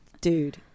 Dude